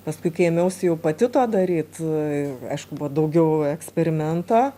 paskui kai ėmiausi jau pati to daryt aišku buvo daugiau eksperimento